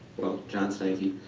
well, john snikey.